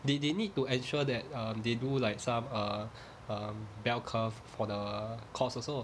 they they need to ensure that um they do like some err um bell curve for the course also